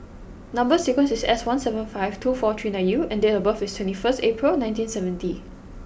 number sequence is S one seven five two four three nine U and date of birth is twenty first April nineteen seventy